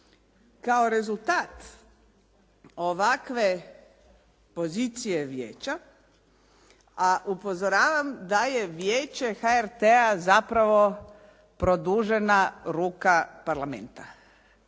Kao rezultat ovakve pozicije vijeća, a upozoravam da je Vijeće HRT-a zapravo produžena ruka Parlamenta.